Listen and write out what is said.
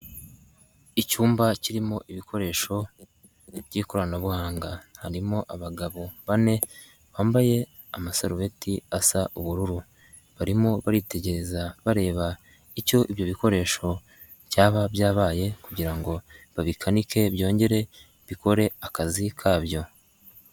Icyumba kirimo ibikoresho by'ikoranabuhanga, harimo abagabo bane bambaye amasarubeti asa ubururu, barimo baritegereza bareba icyo ibyo bikoresho cyaba byabaye kugira ngo babikanike byongere bikore akazi kabyo.